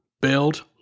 build